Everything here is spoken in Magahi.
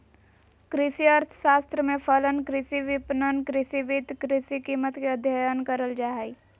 कृषि अर्थशास्त्र में फलन, कृषि विपणन, कृषि वित्त, कृषि कीमत के अधययन करल जा हइ